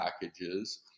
packages